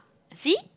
see